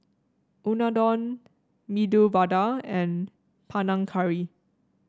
Unadon Medu Vada and Panang Curry